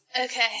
Okay